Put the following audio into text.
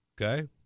Okay